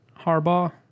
Harbaugh